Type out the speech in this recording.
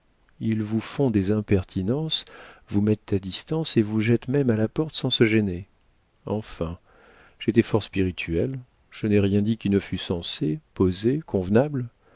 ils vous font des impertinences vous mettent à distance et vous jettent même à la porte sans se gêner enfin j'étais fort spirituel je n'ai rien dit qui ne fût sensé posé convenable